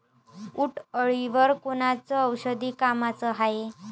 उंटअळीवर कोनचं औषध कामाचं हाये?